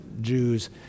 Jews